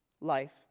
life